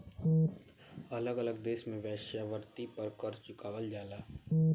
अलग अलग देश में वेश्यावृत्ति पर कर चुकावल जाला